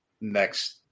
next